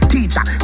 Teacher